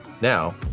Now